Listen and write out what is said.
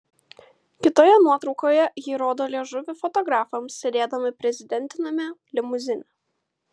kitoje nuotraukoje ji rodo liežuvį fotografams sėdėdama prezidentiniame limuzine